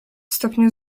stopniu